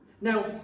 Now